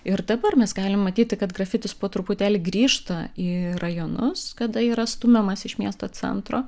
ir dabar mes galim matyti kad grafitis po truputėlį grįžta į rajonus kada yra stumiamas iš miesto centro